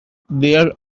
there